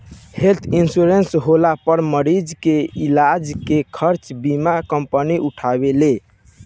health insurance होला पर मरीज के इलाज के खर्चा बीमा कंपनी उठावेले